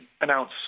announce